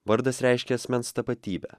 vardas reiškia asmens tapatybę